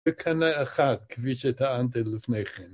‫בקנה אחד, כפי שטענתי לפניכם